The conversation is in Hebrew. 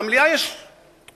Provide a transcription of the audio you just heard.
למליאה יש קדנציה,